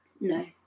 no